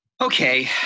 Okay